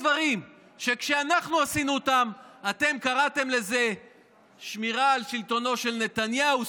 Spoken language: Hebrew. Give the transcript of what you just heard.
הדברים שכשאנחנו עשינו אותם אתם קראתם לזה שמירה על שלטונו של נתניהו,